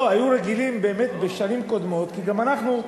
לא, היו רגילים באמת בשנים קודמות, כי גם אנחנו,